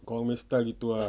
korang punya style gitu ah